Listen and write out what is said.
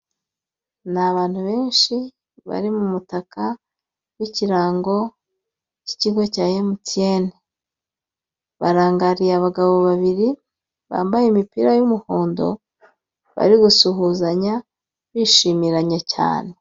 Ni abantu benshi bari mu mutaka w'ikirango k'ikigo cya MTN, barangariye abagabo babiri bambaye imipira y'umuhondo bari gusuhuzanya bishimiranye cyane.